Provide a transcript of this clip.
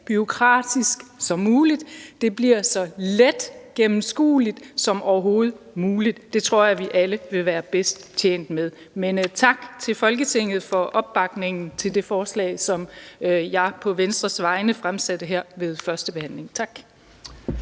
bureaukratisk og at det bliver så let gennemskueligt som overhovedet muligt. Det tror jeg vi alle vil være bedst tjent med. Men tak til Folketinget for opbakningen til det forslag, som jeg på Venstres vegne stillede ved førstebehandlingen. Tak.